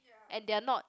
and they are not